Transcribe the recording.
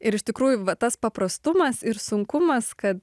ir iš tikrųjų va tas paprastumas ir sunkumas kad